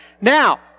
now